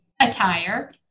attire